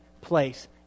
place